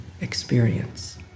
experience